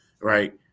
right